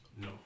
No